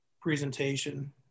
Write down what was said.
presentation